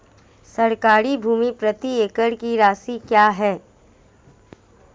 सरकारी भूमि प्रति एकड़ की राशि क्या है?